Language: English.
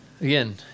Again